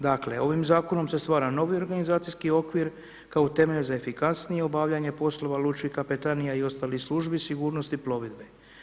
Dakle, ovim zakonom se stvara novi organizacijski okvir kao temelj za efikasnije obavljanje poslova lučkih kapetanija i ostalih službi sigurnosti plovidbe.